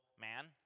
man